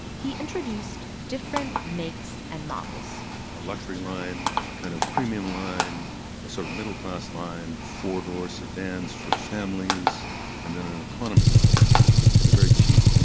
he introduced different makes and models a luxury line, a kind of premium line, a sort of middle-class line, four-door sedans for families and then an economy line the very cheap,